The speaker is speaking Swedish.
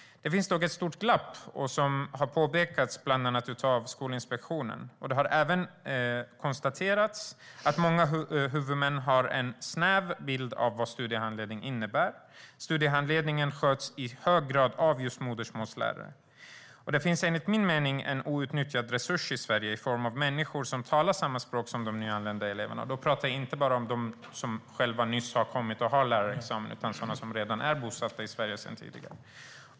Det finns dock ett stort glapp som bland andra Skolinspektionen har påpekat. Det har även konstaterats att många huvudmän har en snäv bild av vad studiehandledning innebär. Studiehandledning sköts i hög grad av modersmålslärare. Det finns enligt min mening en outnyttjad resurs i Sverige i form av människor som talar samma språk som de nyanlända eleverna. Jag pratar inte bara om de elever som nyss har kommit och som har lärare utan om sådana som är bosatta i Sverige sedan tidigare.